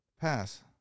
Pass